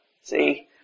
See